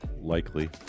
likely